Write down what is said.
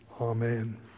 Amen